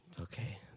Okay